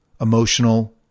emotional